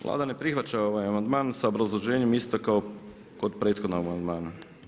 Vlada ne prihvaća ovaj amandman sa obrazloženjem isto kao kod prethodnog amandmana.